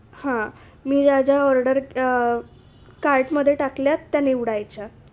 हां मी ज्या ज्या ऑर्डर कार्टमध्ये टाकल्या आहेत त्या निवडायच्या